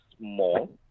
small